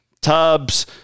tubs